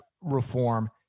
reform